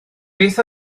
beth